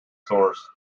source